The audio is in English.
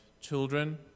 children